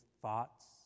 thoughts